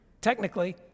technically